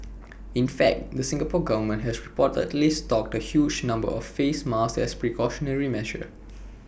in fact the Singapore Government has reportedly stocked A huge number of face masks as A precautionary measure